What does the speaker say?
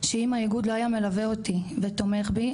שאם האיגוד לא היה מלווה אותי ותומך בי,